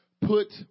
put